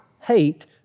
hate